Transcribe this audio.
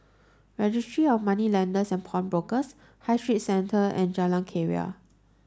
Registry of Moneylenders and Pawnbrokers High Street Centre and Jalan Keria